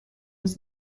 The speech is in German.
uns